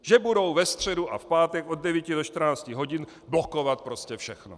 Že budou ve středu a v pátek od devíti do čtrnácti hodin blokovat prostě všechno?